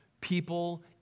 people